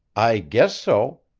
i guess so.